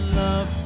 love